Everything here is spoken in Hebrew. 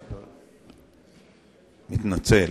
אדוני.